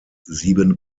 sieben